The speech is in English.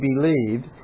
believed